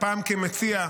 הפעם כמציע.